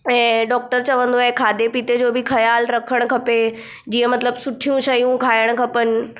ऐं डॉक्टर चवंदो आहे खाधे पीते जो बि ख़्यालु रखणु खपे जीअं मतलबु सुठियूं शयूं खाइणु खपनि